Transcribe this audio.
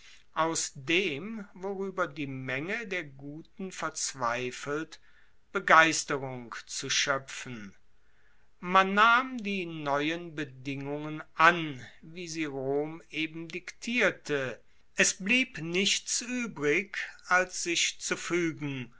aus dem worueber die menge der guten verzweifelt begeisterung zu schoepfen man nahm die neuen bedingungen an wie sie rom eben diktierte es blieb nichts uebrig als sich zu